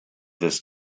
this